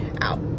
out